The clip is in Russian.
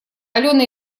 алена